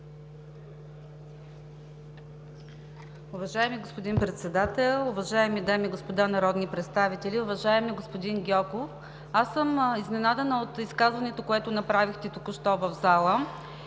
Уважаеми господин Председател, уважаеми дами и господа народни представители! Уважаеми господин Гьоков, аз съм изненадана от изказването, което направихте току-що в залата,